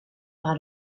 par